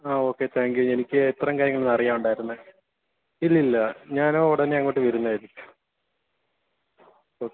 ആ okay thank you എനിക്ക് ഇത്രേം കാര്യങ്ങളാണ് അറിയാനുണ്ടായിരുന്നത് ഇല്ലില്ല ഞാൻ ഉടനെ അങ്ങോട്ട് വരുന്നതായിരിക്കും ഓക്കേ